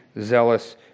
zealous